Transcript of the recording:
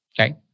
Okay